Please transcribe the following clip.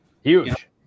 huge